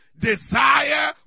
desire